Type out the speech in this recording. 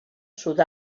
sud